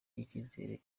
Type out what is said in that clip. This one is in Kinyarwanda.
icyizere